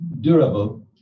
durable